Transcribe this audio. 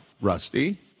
Rusty